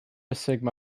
sigma